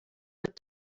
but